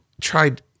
tried